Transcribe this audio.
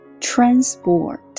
Transport